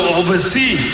oversee